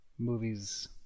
movies